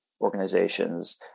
organizations